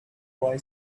boy